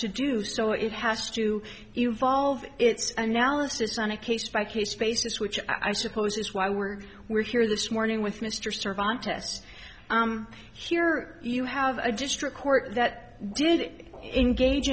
to do so it has to evolve its analysis on a case by case basis which i suppose is why we're we're here this morning with mr serve on tests here you have a district court that did engage